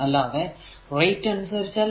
അല്ലാതെ റേറ്റ് അനുസരിച്ചല്ല